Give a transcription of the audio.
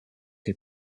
est